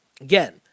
again